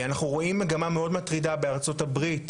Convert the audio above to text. אנחנו רואים מגמה מאוד מטרידה בארצות הברית,